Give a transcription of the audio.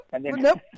Nope